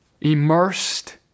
immersed